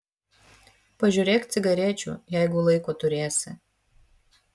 pažiūrėk cigarečių jeigu laiko turėsi